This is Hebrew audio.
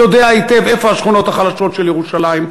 יודע היטב איפה השכונות החלשות של ירושלים,